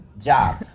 job